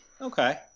Okay